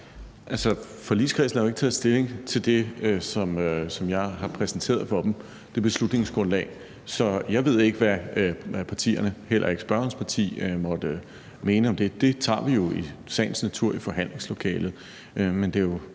Forligskredsen har jo ikke taget stilling til det beslutningsgrundlag, som jeg har præsenteret for dem. Så jeg ved ikke, hvad partierne, heller ikke spørgerens parti, måtte mene om det. Det tager vi jo i sagens natur i forhandlingslokalet.